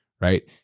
right